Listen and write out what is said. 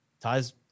ties